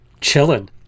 chilling